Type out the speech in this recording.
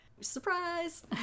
Surprise